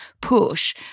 push